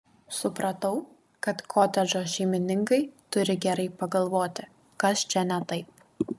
supratau kad kotedžo šeimininkai turi gerai pagalvoti kas čia ne taip